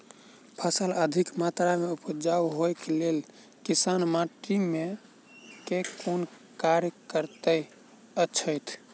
फसल अधिक मात्रा मे उपजाउ होइक लेल किसान माटि मे केँ कुन कार्य करैत छैथ?